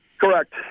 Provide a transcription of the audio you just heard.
Correct